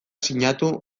sinatu